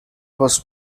was